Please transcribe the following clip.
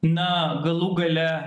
na galų gale